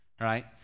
right